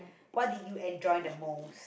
what did you enjoy the most